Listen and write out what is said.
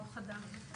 כוח אדם.